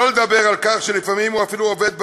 שלא לדבר על כך שלפעמים הוא אפילו אובד בדרך.